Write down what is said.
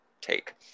take